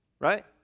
Right